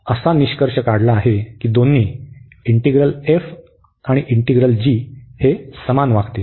तर आता असा निष्कर्ष काढला आहे की दोन्ही इंटीग्रल f व इंटीग्रल g हे समान वागतील